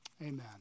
Amen